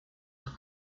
are